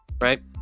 right